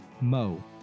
Mo